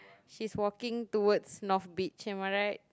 she's walking towards north beach am I right